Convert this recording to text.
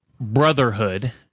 Brotherhood